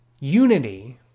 unity